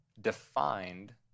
defined